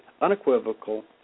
unequivocal